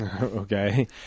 okay